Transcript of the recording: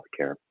healthcare